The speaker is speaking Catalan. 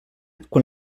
quan